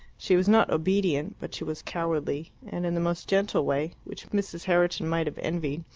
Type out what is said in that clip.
she was not obedient, but she was cowardly, and in the most gentle way, which mrs. herriton might have envied,